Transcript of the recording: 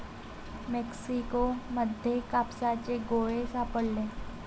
Mexico मध्ये कापसाचे गोळे सापडले